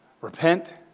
repent